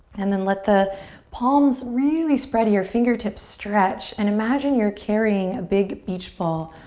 and then let the palms really spread here. fingertips stretch and imagine you're carrying a big beach ball.